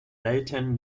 latin